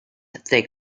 they